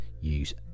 use